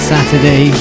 Saturday